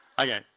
Okay